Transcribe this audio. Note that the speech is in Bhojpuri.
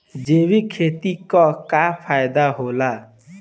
जैविक खेती क का फायदा होला?